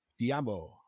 Diamo